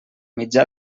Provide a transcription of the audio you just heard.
mitjà